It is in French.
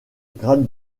grade